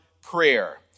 prayer